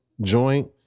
joint